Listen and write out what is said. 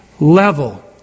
level